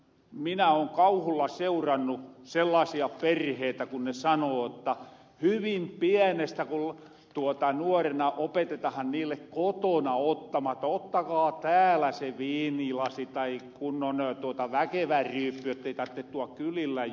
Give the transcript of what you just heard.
minä oon kauhulla seurannu sellaasia perheitä kun ne sanoo notta hyvin pienestä kun nuorena opetetahan niille kotona ottamaan että ottakaa täälä se viinilasi tai kunnon väkevä ryyppy ettei tartte tual kylillä juora